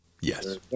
Yes